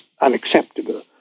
unacceptable